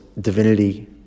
divinity